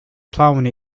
plowing